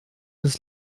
des